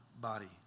body